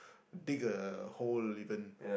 dig a hole even